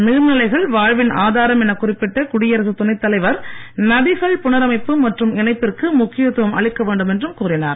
நீர்நிலைகள் வாழ்வின் ஆதாரம் என குறிப்பிட்ட குடியரசுத் துணைத் தலைவர் நதிகள் புணரமைப்பு மற்றும் இணைப்பிற்கு முக்கியத்துவம் அளிக்க வேண்டும் என்றும் கூறினார்